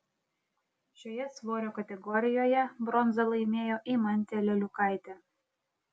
šioje svorio kategorijoje bronzą laimėjo eimantė leliukaitė